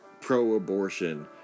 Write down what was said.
pro-abortion